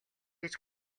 гэж